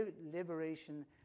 liberation